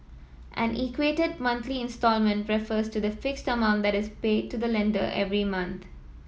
an equated monthly instalment refers to the fixed amount that is paid to the lender every month